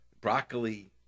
broccoli